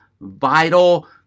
vital